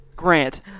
Grant